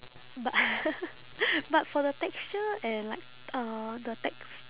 but but for the texture and like uh the text~